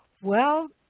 well,